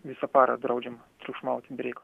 visą parą draudžiama triukšmauti be reikalo